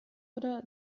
oder